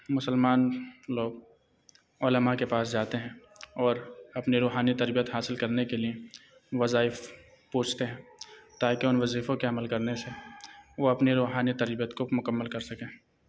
مسلمان لوگ علماء کے پاس جاتے ہیں اور اپنی روحانی تربیت حاصل کرنے کے لیے وظائف پوچھتے ہیں تاکہ ان وظیفوں کے عمل کرنے سے وہ اپنی روحانی تربیت کو مکمل کر سکیں